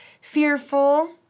fearful